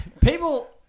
People